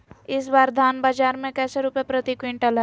इस बार धान बाजार मे कैसे रुपए प्रति क्विंटल है?